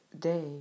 day